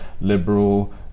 liberal